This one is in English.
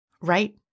Right